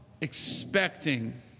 expecting